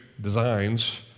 designs